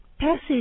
passage